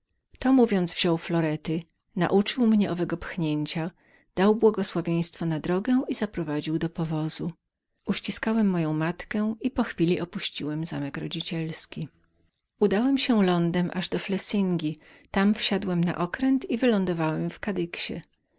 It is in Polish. to mówiąc wziął florety nauczył mnie nieznanego pchnięcia dał błogosławieństwo na drogę i zaprowadził do powozu uściskałem moją matkę i po chwili opuściłem zamek rodzicielski udałem się lądem aż do flessingi tam wsiadłem na okręt i wylądowałem w